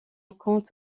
compte